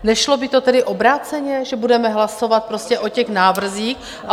Nešlo by to tedy obráceně, že budeme hlasovat prostě o těch návrzích a...?